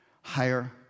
Higher